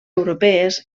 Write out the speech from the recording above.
europees